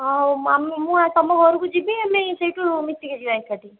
ହଁ ହଉ ମୁଁ ତୁମ ଘରକୁ ଯିବି ସେଇଠୁ ମିଶିକି ଯିବା ଏକାଠି